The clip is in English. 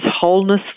wholeness